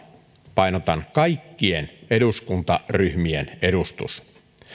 painotan kaikkien eduskuntaryhmien edustus